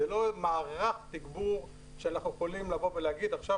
זה לא מערך תגבור שאנחנו יכולים לבוא ולומר שעכשיו